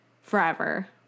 forever